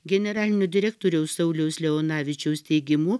generalinio direktoriaus sauliaus leonavičiaus teigimu